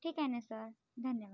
ठीक आहे ना सर धन्यवाद